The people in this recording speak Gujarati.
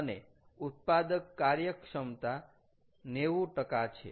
અને ઉત્પાદક કાર્યક્ષમતા 90 છે